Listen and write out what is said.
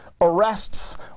arrests